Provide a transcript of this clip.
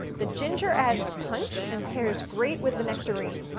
the ginger adds punch and pairs great with the nectarine.